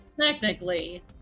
Technically